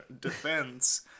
defense